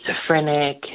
schizophrenic